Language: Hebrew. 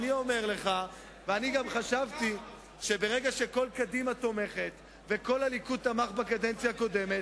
אני חושב שברגע שכל קדימה תומכת וכל הליכוד תמך בקדנציה הקודמת,